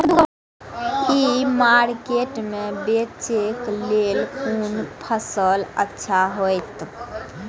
ई market में बेचेक लेल कोन फसल अच्छा होयत?